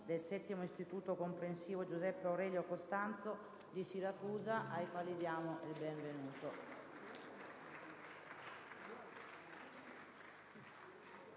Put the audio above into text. e media - 7 Istituto comprensivo «Giuseppe Aurelio Costanzo» di Siracusa, ai quali do il benvenuto